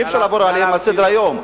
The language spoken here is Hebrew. שאי-אפשר לעבור עליהם לסדר-היום.